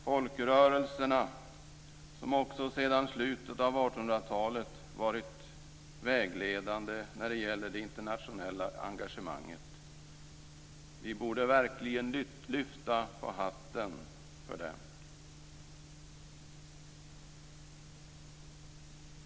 Folkrörelserna har också sedan slutet av 1800-talet varit vägledande när det gäller det internationella engagemanget. Vi borde verkligen lyfta på hatten för dem.